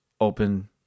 open